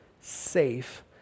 safe